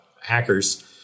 hackers